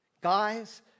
Guys